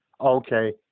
Okay